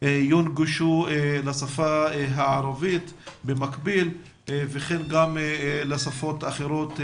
יונגשו במקביל בשפה הערבית וגם בשפות אחרות: